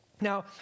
Now